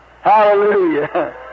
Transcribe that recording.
Hallelujah